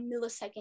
millisecond